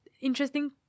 interesting